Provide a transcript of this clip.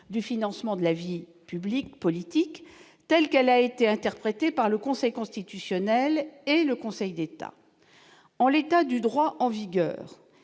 du financement de la vie publique politique telle qu'elle a été interprétée par le Conseil constitutionnel et le Conseil d'État. En l'état du droit, les